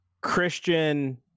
christian